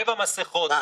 העסקת יתר,